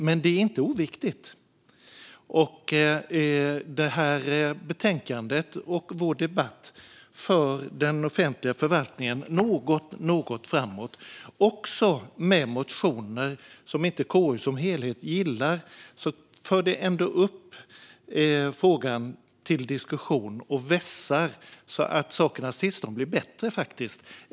Men det här betänkandet och vår debatt är inte oviktiga, och de för den offentliga förvaltningen något lite framåt. Också motioner som KU som helhet inte gillar för ändå upp frågor till diskussion och vässar det hela, så att sakernas tillstånd blir bättre.